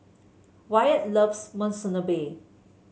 Wyatt loves Monsunabe